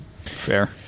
Fair